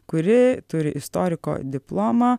kuri turi istoriko diplomą